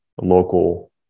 local